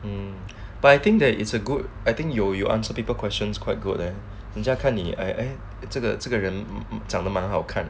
but I think that it's a good I think you you answered paper questions quite good leh 等下看你这个这个人长得蛮好看